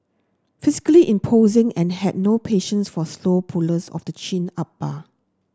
physically imposing and had no patience for slow pullers of the chin up bar